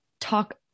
talk